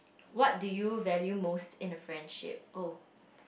what do you value most in a friendship oh